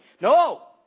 No